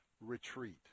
retreat